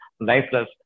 lifeless